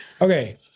Okay